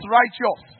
righteous